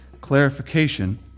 clarification